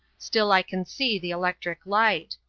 still i can see the electric light.